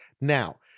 Now